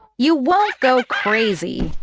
you won't go crazy.